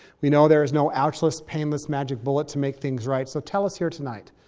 we know there is no ouchless, painless magic bullet to make things right. so tell us here tonight,